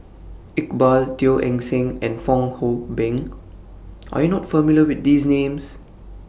Iqbal Teo Eng Seng and Fong Hoe Beng Are YOU not familiar with These Names